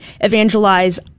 evangelize